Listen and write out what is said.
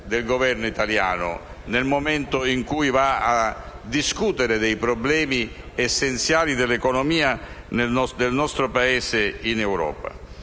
del Governo italiano, nel momento in cui va a discutere dei problemi essenziali dell'economia del nostro Paese in Europa.